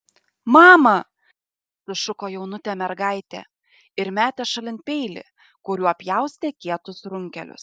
mama sušuko jaunutė mergaitė ir metė šalin peilį kuriuo pjaustė kietus runkelius